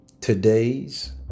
Today's